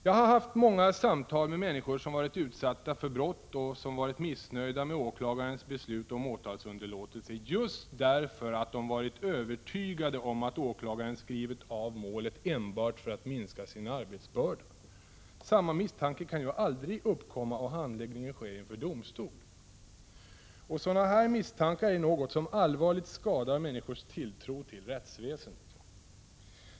Jag har haft många samtal med människor som varit utsatta för brott och som varit missnöjda med åklagarens beslut om åtalsunderlåtelse just därför att de varit övertygade om att åklagaren avskrivit målet enbart för att minska sin arbetsbörda. Samma misstanke kan aldrig uppkomma om handläggningen sker inför domstol. Sådana här misstankar är något som allvarligt skadar människors tilltro till rättsväsendet.